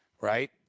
right